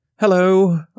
Hello